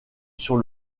sur